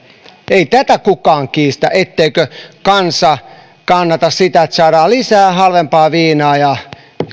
ei tätä kukaan kiistä etteikö kansa kannata sitä että saadaan lisää halvempaa viinaa ja